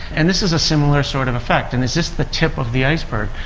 and this is a similar sort of effect. and is this the tip of the iceberg,